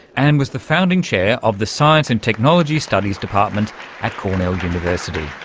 and was the founding chair of the science and technology studies department at cornell university.